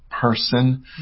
Person